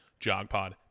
jogpod